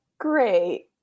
Great